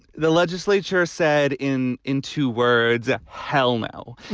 the legislature said in in two words ah hell no.